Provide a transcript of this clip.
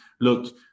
look